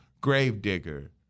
gravedigger